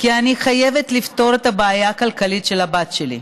כי אני חייבת לפתור את הבעיה הכלכלית של הבת שלי.